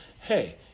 hey